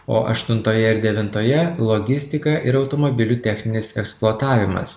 o aštuntoje ir devintoje logistika ir automobilių techninis eksploatavimas